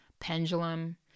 pendulum